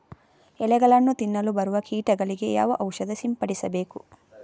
ಎಲೆಗಳನ್ನು ತಿನ್ನಲು ಬರುವ ಕೀಟಗಳಿಗೆ ಯಾವ ಔಷಧ ಸಿಂಪಡಿಸಬೇಕು?